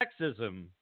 sexism